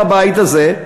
בבית הזה,